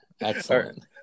Excellent